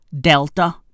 delta